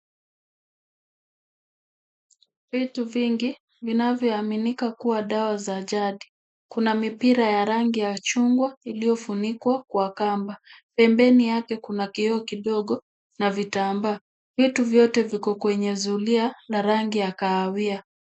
Vitu vingi vinavyoaminika kua dawa za jadi. Kuna mipira ya rangi ya chungwa iliyofunikwa kwa kamba. Pembeni yake kuna kioo kidogo na vitambaa. Vitu vyote viko kwenye zulia la rangi ya kahawia.